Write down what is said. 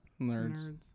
Nerds